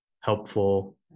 helpful